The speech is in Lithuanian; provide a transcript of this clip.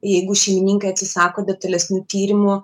jeigu šeimininkai atsisako detalesnių tyrimų